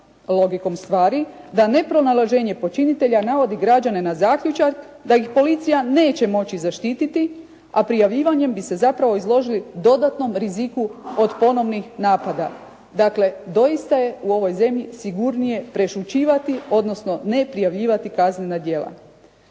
logikom stvari da nepronalaženje počinitelja navodi građane na zaključak da ih policija neće moći zaštititi a prijavljivanjem bi se zapravo izložili dodatnom riziku od ponovnih napada. Dakle doista je u ovoj zemlji sigurnije prešućivati odnosno ne prijavljivati kaznena djela.